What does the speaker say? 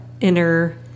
inner